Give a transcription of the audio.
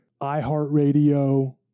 iHeartRadio